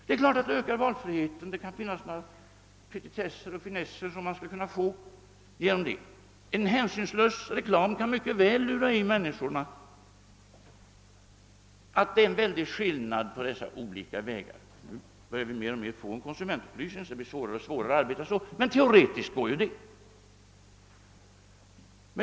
Det är klart att det ökar valfriheten, ty vissa petitesser och finesser kan kanske erhållas på det sättet. En hänsynslös reklam kan mycket väl lura i människorna att det är en mycket stor skillnad på dessa olika märken. Vi börjar mer och mer få konsumentupplysning, så det blir allt svårare att arbeta på detta sätt, men teoretiskt är det ju möjligt.